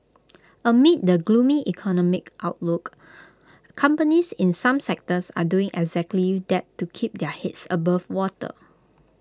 amid the gloomy economic outlook companies in some sectors are doing exactly that to keep their heads above water